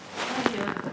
cannot hear ah